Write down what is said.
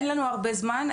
אין לנו הרבה זמן,